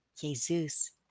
Jesus